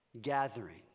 gathering